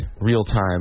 real-time